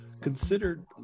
Considered